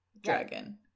dragon